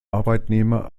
arbeitnehmer